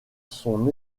son